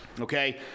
okay